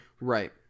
right